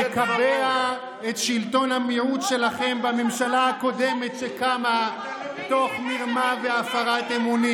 ולקבע את שלטון המיעוט שלכם בממשלה הקודמת שקמה תוך מרמה והפרת אמונים.